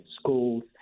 schools